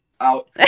out